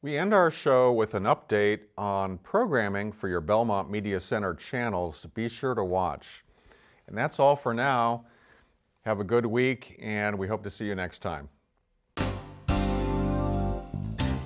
we end our show with an update on programming for your belmont media center channels to be sure to watch and that's all for now have a good week and we hope to see you next time